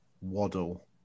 Waddle